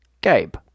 Gabe